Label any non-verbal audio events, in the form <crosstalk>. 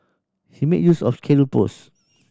he made use of <unintelligible> post